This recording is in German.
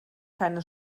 keine